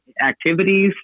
activities